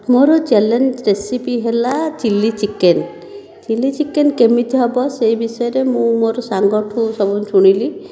ମୋର challenge recipe ହେଲା chilli chicken chilli chicken କେମିତି ହେବ ସେ ବିଷୟରେ ମୁଁ ମୋର ସାଙ୍ଗ ଠାରୁ ସବୁ ଶୁଣିଲି